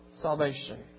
salvation